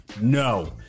no